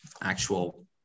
actual